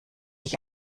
ich